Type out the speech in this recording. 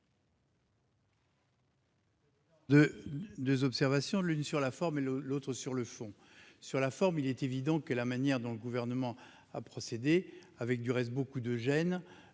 deux observations, l'une sur la forme et l'autre sur le fond. Sur la forme, d'abord : il est évident que la manière dont le Gouvernement a procédé, avec du reste beaucoup de gêne,